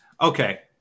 Okay